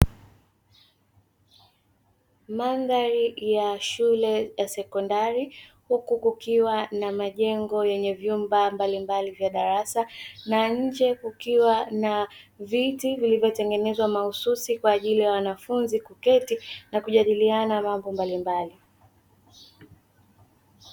Mandhari ya shule ya sekondari, huku kukiwa na majengo yenye vyumba mbalimbali vya darasa na nje kukiwa na viti vilivyotengenezwa mahsusi kwa ajili ya wanafunzi kuketi na kujadiliana mambo mbalimbali.